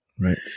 Right